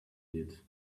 did